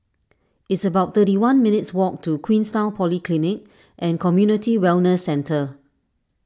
it's about thirty one minutes' walk to Queenstown Polyclinic and Community Wellness Centre